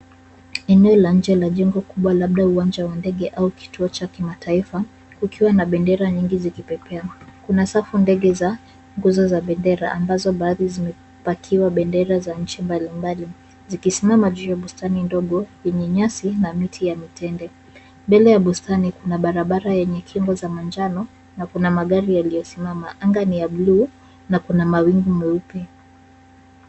Eneo la nje la jengo kubwa labda uwanja wa ndege au kituo cha kimataifa kukiwa na bendera nyingi zikipepea. Kuna safu ndege za nguzo za bendera ambazo baadhi zimepakiwa bendera za nchi mbalimbali zikisimama juu ya bustani ndogo yenye nyasi na miti ya mitende. Mbele ya bustani kuna barabara yenye kingo za manjano na kuna magari yaliyosimama. Anga ni ya bluu na kuna mawingu meupe.